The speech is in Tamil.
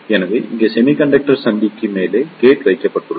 எனவே இங்கே செமிகண்டக்டர் சந்திக்கு மேலே கேட் வைக்கப்பட்டுள்ளது